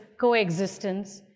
coexistence